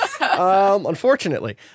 Unfortunately